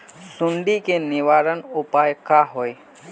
सुंडी के निवारण उपाय का होए?